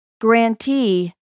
grantee